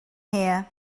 here